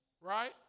Right